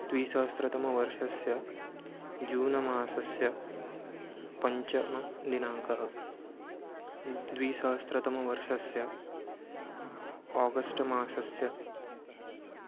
द्विसहस्रतमवर्षस्य जून मासस्य पञ्चमः दिनाङ्कः द्विसहस्रतमवर्षस्य आगस्ट् मासस्य